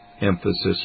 emphasis